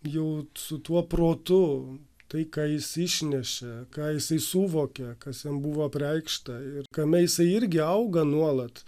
jau su tuo protu tai ką jis išnešė ką jisai suvokė kas jam buvo apreikšta ir kame jisai irgi auga nuolat